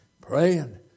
Praying